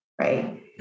right